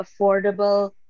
affordable